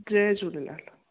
Jay Jhulelal